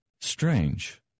Strange